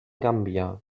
gambia